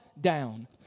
down